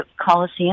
Coliseum